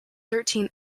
thirteen